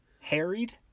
Harried